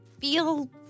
feel